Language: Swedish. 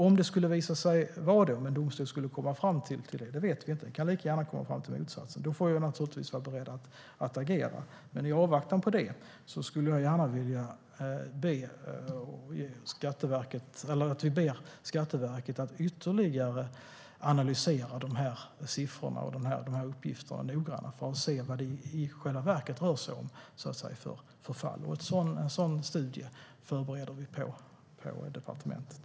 Om en domstol kommer fram till att det är det vet vi inte; den kan lika gärna komma fram till motsatsen. Då får vi naturligtvis vara beredda att agera, men i avvaktan på det skulle jag vilja att vi ber Skatteverket att analysera siffrorna och uppgifterna mer noggrant för att se vad det rör sig om för fall. En sådan studie förbereder vi på departementet.